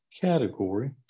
category